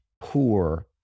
poor